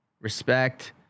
Respect